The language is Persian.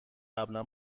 قبلا